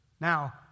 Now